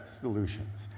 solutions